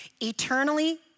eternally